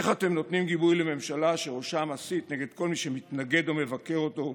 איך אתם נותנים גיבוי לממשלה שראשה מסית נגד כל מי שמתנגד או מבקר אותו,